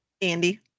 Andy